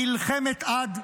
מלחמת עד,